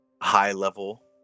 high-level